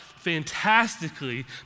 fantastically